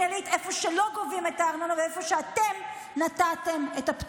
את הצגת את זה כבר.